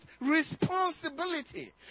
responsibility